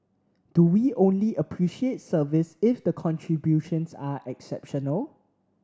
do we only appreciate service if the contributions are exceptional